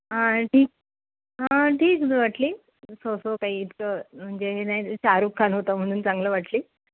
हा ठीक हा ठीक वाटली सो सो काही इतकं म्हणजे हे नाही शाहरुख खान होतं म्हणून चांगलं वाटली